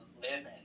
living